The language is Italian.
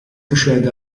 procede